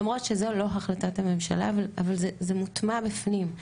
למרות שזו לא החלטת הממשלה אבל זה מוטמע בפנים.